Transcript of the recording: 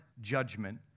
judgment